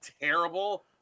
terrible